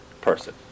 person